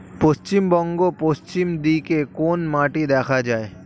পশ্চিমবঙ্গ পশ্চিম দিকে কোন মাটি দেখা যায়?